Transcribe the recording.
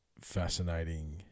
fascinating